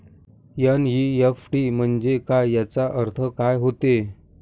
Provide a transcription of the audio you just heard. NEFT म्हंजे काय, त्याचा अर्थ काय होते?